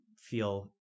Feel